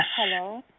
Hello